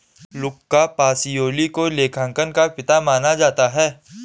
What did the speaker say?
लुका Pacioli को लेखांकन का पिता माना जाता है